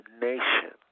nation